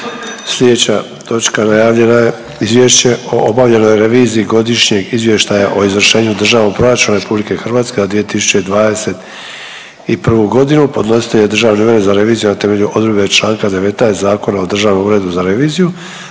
Slijedeća točka najavljena je: - Izvješće o obavljenoj reviziji Godišnjeg izvještaja o izvršenju Državnog proračuna RH za 2021. godinu Podnositelj je Državni ured za reviziju na temelju odredbe Članka 19. Zakona o Državnom uredu za reviziju.